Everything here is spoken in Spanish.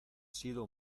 sido